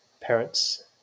parents